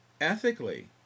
ethically